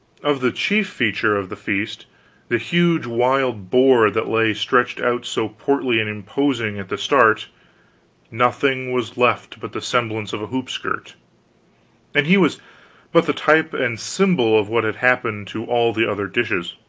of the chief feature of the feast the huge wild boar that lay stretched out so portly and imposing at the start nothing was left but the semblance of a hoop-skirt and he was but the type and symbol of what had happened to all the other dishes.